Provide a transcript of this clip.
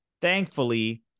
Thankfully